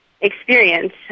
experience